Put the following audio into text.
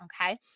okay